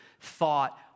thought